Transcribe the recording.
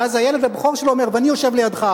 ואז הילד הבכור שלו אומר: ואני יושב לידך,